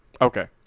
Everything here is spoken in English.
Okay